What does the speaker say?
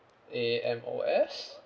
A M O S